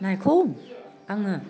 नायखौ आङो